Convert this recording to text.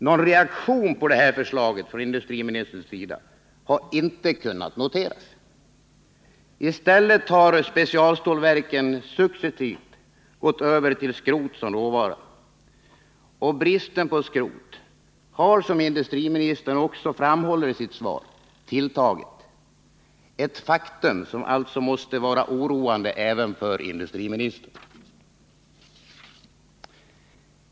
Någon reaktion på detta förslag från industriministerns sida har inte kunnat noteras. I stället har specialstålverken successivt gått över till skrot som råvara. Bristen på skrot har, som industriministern också framhåller i sitt svar, tilltagit — ett faktum som alltså måste vara oroande även för industriministern.